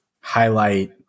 highlight